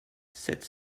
sept